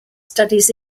studies